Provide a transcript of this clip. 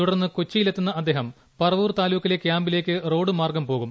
തുടർന്ന് കൊച്ചിയിൽ എത്തുന്ന അദ്ദേഹം പറവൂർ താലൂക്കിലെ ക്യാമ്പിലേക്ക് റോഡ് മാർഗം പോകും